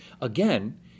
Again